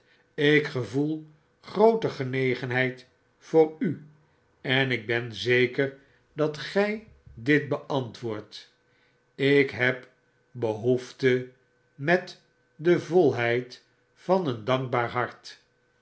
ik gevoel groote genegenheid voor u en ik ben zeker dat gij dit beantwoordt ikhebbehoefte met de volheid van een dankbaar hart